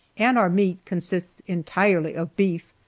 and our meat consists entirely of beef,